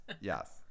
yes